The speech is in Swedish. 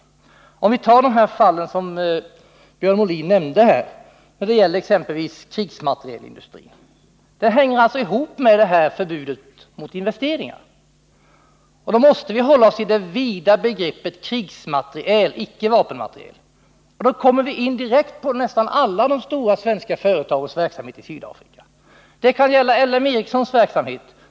Låt oss ta de fall som Björn Molin nämnde när det gäller exempelvis krigsmaterielindustrin. Det hänger ihop med förbudet mot investeringar. Då måste vi hålla oss till det vida begreppet krigsmateriel, icke vapenmateriel. Därmed kommer vi direkt in på nästan alla de stora svenska företagens verksamhet i Sydafrika. Det kan gälla L M Ericssons verksamhet.